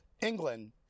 England